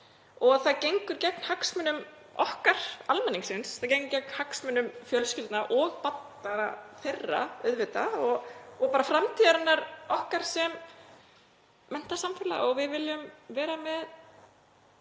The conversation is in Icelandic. og það gengur gegn hagsmunum okkar, almennings, það gengur gegn hagsmunum fjölskyldna og barna auðvitað og bara framtíðar okkar sem menntað samfélag. Við viljum að